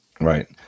right